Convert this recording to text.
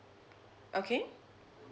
okay